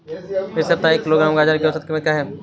इस सप्ताह एक किलोग्राम गाजर की औसत कीमत क्या है?